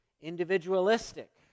individualistic